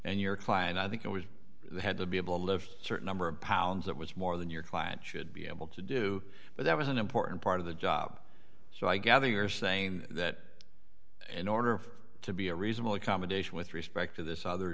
and your client i think it was had to be able to lift certain number of pounds that was more than your client should be able to do but that was an important part of the job so i gather you're saying that in order to be a reasonable accommodation with respect to this other